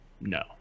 no